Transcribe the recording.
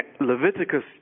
Leviticus